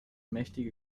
mächtige